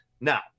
Now